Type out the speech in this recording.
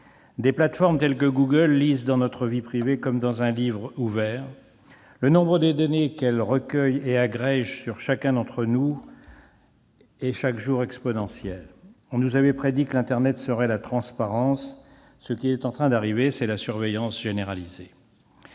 Des plateformes telles que Google lisent dans notre vie privée comme dans un livre ouvert. Le nombre de données qu'elles recueillent et agrègent sur chacun d'entre nous chaque jour est exponentiel. On nous avait prédit que l'internet serait la transparence ; ce qui est en train de survenir est la surveillance généralisée.